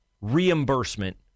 reimbursement